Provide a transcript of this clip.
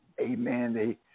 Amen